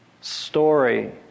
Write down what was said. story